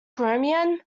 chromium